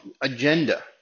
agenda